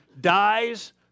dies